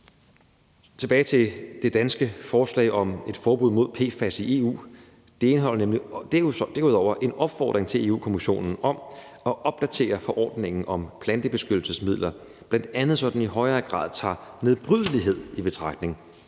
Kl. 18:22 Det danske forslag om et forbud mod PFAS i EU indeholder derudover en opfordring til Europa-Kommissionen om at opdatere forordningen om plantebeskyttelsesmidler, bl.a. så den i højere grad tager nedbrydelighed i betragtning,